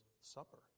Supper